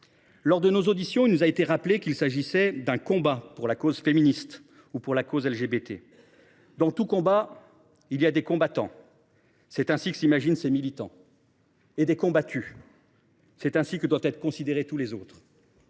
Lors de nos auditions, il nous a été rappelé qu’il s’agissait d’un combat pour la cause féministe ou pour la cause LGBT. Dans tout combat, il y a des combattants… Ou des combattantes !…– c’est ainsi que s’imaginent ces militants – et des combattus – c’est ainsi que doivent être considérés tous les autres.